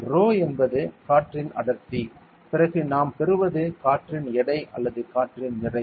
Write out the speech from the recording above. Rho என்பது காற்றின் அடர்த்தி பிறகு நாம் பெறுவது காற்றின் எடை அல்லது காற்றின் நிறை